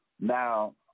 Now